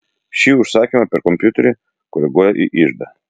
ši užsakymą per kompiuterį koreguoja į iždą